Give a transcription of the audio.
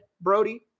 Brody